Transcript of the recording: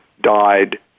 died